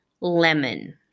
lemon